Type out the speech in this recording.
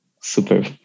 super